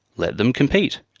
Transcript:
let them compete!